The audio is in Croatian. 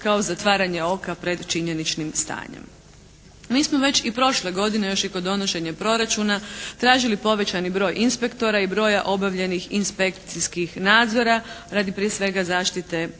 kao zatvaranje oka pred činjeničnim stanjem. Mi smo već i prošle godine još i kod donošenja proračuna tražili povećani broj inspektora i broja obavljenih inspekcijskih nadzora radi prije svega zaštite radničkih